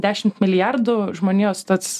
dešimt milijardų žmonijos tads